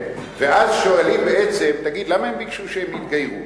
ואז שואלים בעצם: תגיד, למה הם ביקשו שהם יתגיירו?